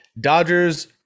Dodgers –